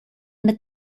mit